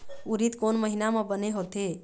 उरीद कोन महीना म बने होथे?